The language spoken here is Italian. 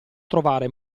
trovare